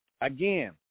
Again